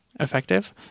Effective